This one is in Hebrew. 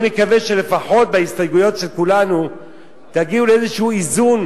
אני מקווה שלפחות בהסתייגויות של כולנו תגיעו לאיזה איזון,